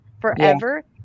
forever